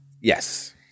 Yes